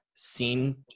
seen